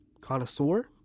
Connoisseur